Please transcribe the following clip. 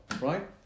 right